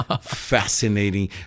fascinating